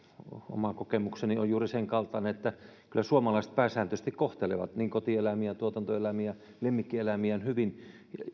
oma kokemukseni on juuri sen kaltainen että kyllä suomalaiset pääsääntöisesti kohtelevat niin kotieläimiään tuotantoeläimiään kuin lemmikkieläimiään hyvin